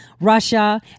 Russia